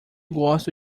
gosto